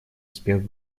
успех